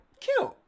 cute